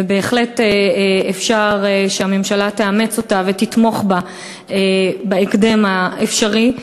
ובהחלט אפשר שהממשלה תאמץ אותה ותתמוך בה בהקדם האפשרי,